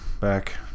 back